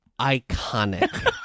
iconic